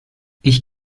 ich